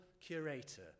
curator